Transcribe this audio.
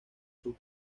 sus